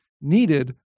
needed